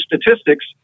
Statistics